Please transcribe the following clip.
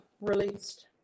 released